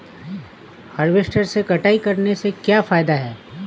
Harvester से कटाई करने से क्या फायदा है?